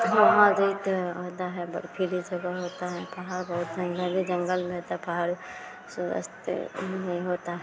हाँ वहाँ अधिक होता है बर्फ़ीली जगह होती है पहाड़ बहुत नहीं घने जंगल में तो पहाड़ी सूर्य अस्त भी होता है